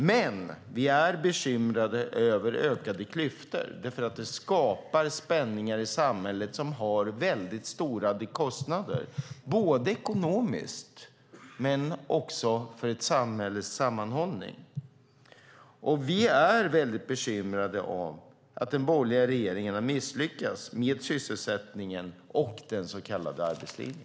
Men vi är bekymrade över ökade klyftor, för det skapar spänningar i samhället som medför stora kostnader både ekonomiskt och när det gäller sammanhållningen i samhället. Vi är bekymrade över att den borgerliga regeringen har misslyckats med sysselsättningen och den så kallade arbetslinjen.